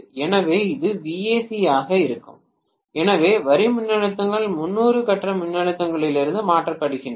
எனவே இது VAC ஆக இருக்கும் எனவே வரி மின்னழுத்தங்கள் 300 கட்ட மின்னழுத்தங்களிலிருந்து மாற்றப்படுகின்றன